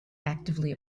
actively